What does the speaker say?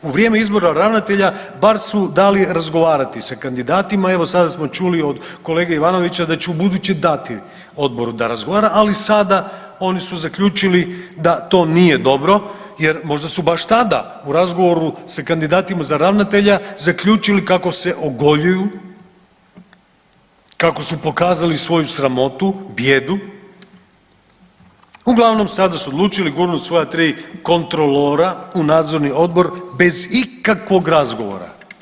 U vrijeme izbora ravnatelja bar su dali razgovarati sa kandidatima, evo sada smo čuli od kolege Ivanovića da će ubuduće dati odboru dati da razgovara, ali sada oni su zaključili da to nije dobro jer možda su baš tada u razgovoru sa kandidatima za ravnatelja zaključili kako se ogoljuju, kako su pokazali svoju sramotu, bijedu uglavnom sada su odlučili gurnut svoja tri kontrolora u nadzorni odbor bez ikakvog razgovora.